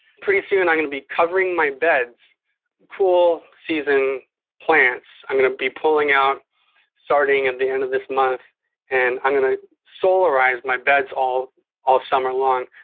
pretty soon and i'm gonna be covering my beds cool season plants, i'm gonna be pulling out starting at and the end of this month and i'm gonna solarize my beds all all summer long.